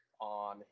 on